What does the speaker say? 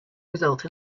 result